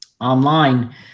online